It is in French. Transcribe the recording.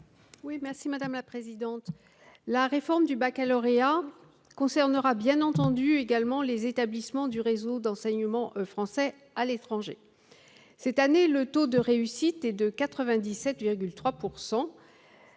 est à Mme Claudine Lepage. La réforme du baccalauréat concernera bien entendu également les établissements du réseau d'enseignement français à l'étranger. Cette année, le taux de réussite au